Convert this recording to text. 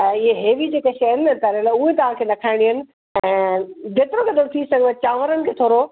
ऐं इहे हैवी जेका शयूं न तरियल उहे तव्हांखे न खाइणियूं आहिनि ऐं जेतिरो घणो थी सघे चांवरनि खे थोरो